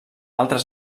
altes